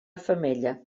femella